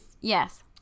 Yes